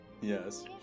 Yes